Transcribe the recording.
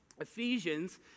ephesians